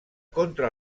contra